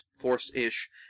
Force-ish